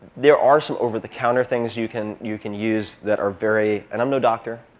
there are some over-the-counter things you can you can use that are very and i'm no doctor,